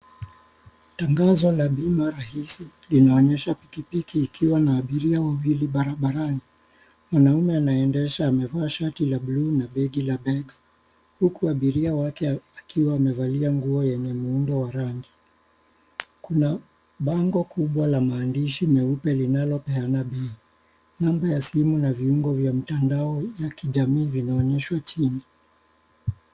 Tangazo la bima rahisi linaonyesha pikipiki ikiwa na abiria wawili barabarani. Mwanaume anaendesha amevaa shati la buluu na begi la bega, huku abiria wake akiwa amevalia nguo yenye muundo wa rangi. Kuna bango kubwa la maandishi meupe linalopeana bei. Namba ya simu na viungo vya mtandao Ya jamii vinaonyeshwa chini.